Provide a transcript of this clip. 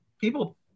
people